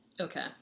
Okay